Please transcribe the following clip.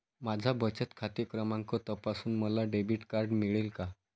माझा बचत खाते क्रमांक तपासून मला डेबिट कार्ड मिळेल का?